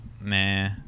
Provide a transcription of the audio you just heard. nah